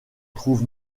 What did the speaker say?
trouve